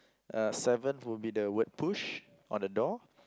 uh seventh will be the word push on the door